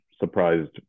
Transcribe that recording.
surprised